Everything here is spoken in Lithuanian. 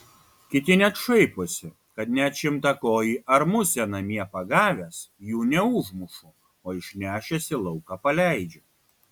kiti net šaiposi kad net šimtakojį ar musę namie pagavęs jų neužmušu o išnešęs į lauką paleidžiu